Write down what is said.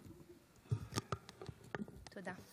תודה.